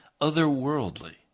otherworldly